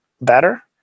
better